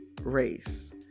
race